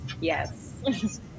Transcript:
Yes